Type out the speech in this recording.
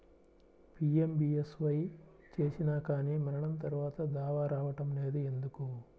PMBSY చేసినా కానీ మరణం తర్వాత దావా రావటం లేదు ఎందుకు?